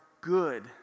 good